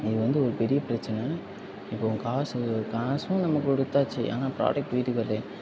இது வந்து ஒரு பெரிய பிரச்சனை இப்போ உங்கள் காசு காசும் நம்ம கொடுத்தாச்சி ஆனால் ப்ராடக்ட் வீட்டுக்கு வர்லையே